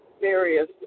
various